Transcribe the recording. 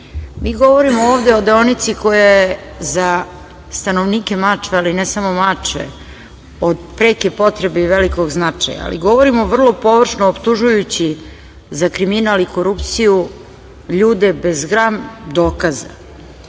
Mi govorimo ovde o deonici koja je za stanovnike Mačve, ali ne samo Mačve, od preke potrebe i velikog značaja, ali govorimo vrlo površno optužujući za kriminal i korupciju ljude bez grama dokaza. Mi